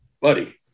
buddy